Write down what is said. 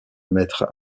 mètres